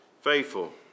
faithful